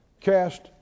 cast